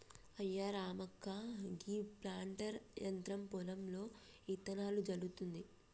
అయ్యా రామక్క గీ ప్లాంటర్ యంత్రం పొలంలో ఇత్తనాలను జల్లుతుంది